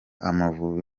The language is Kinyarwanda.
amavubi